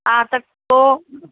हा त पोइ